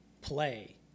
play